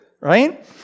right